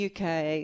UK